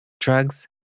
Drugs